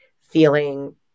feeling